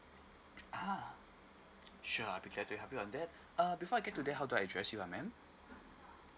ah sure I'll be glad to help you on that err before I get to there how do I address you ah man